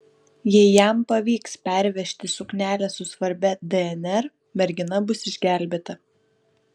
jei jam pavyks pervežti suknelę su svarbia dnr mergina bus išgelbėta